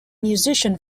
musician